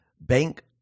bank